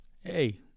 Hey